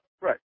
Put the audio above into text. Right